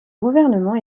gouvernement